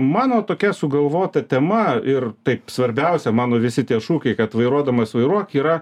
mano tokia sugalvota tema ir taip svarbiausia mano visi tie šūkiai kad vairuodamas vairuok yra